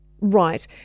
Right